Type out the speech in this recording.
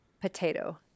Potato